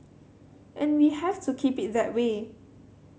and we have to keep it that way